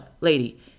lady